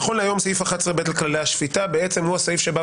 נכון להיום סעיף 11ב לכללי השפיטה הוא הסעיף שבא